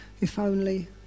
if-only